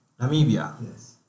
Namibia